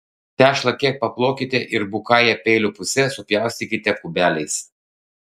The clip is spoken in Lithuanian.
tešlą kiek paplokite ir bukąja peilio puse supjaustykite kubeliais